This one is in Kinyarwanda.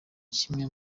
kimwe